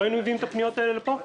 לא היינו מביאים את הפניות האלה לפה.